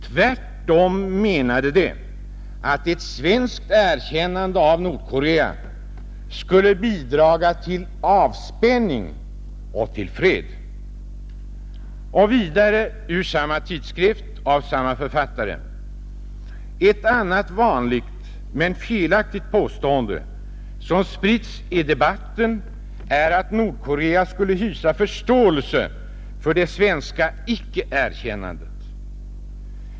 Tvärtom menade de att ett svenskt erkännande av Nordkorea skulle bidraga till avspänning och fred.” Vidare ur samma tidskrift och av samme författare: ”Ett annat vanligt, men felaktigt påstående, som spritts i debatten är att Nordkorea skulle hysa förståelse för det svenska icke-erkännandet.